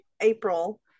april